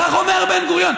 כך אמר בן-גוריון.